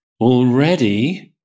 already